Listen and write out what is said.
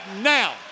now